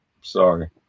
Sorry